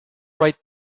right